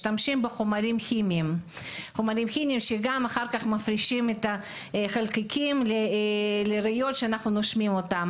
משתמשים בחומרים כימיים שאחר כך מפרישים חלקיקים לריאות שלנו,